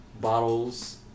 bottles